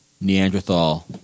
Neanderthal